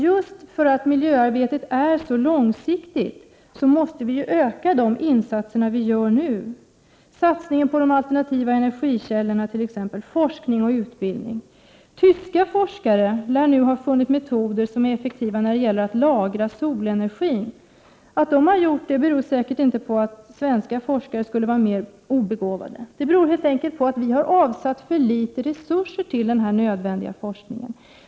Just därför att miljöarbetet är så långsiktigt måste vi öka satsningarna på alternativa energikällor, forskning och utbildning. Tyska forskare lär nu ha funnit metoder för att lagra solenergin. Att de har gjort det beror säkert inte på att svenska forskare skulle vara mer obegåvade utan helt enkelt på att vi har avsatt för litet resurser på denna nödvändiga forskning.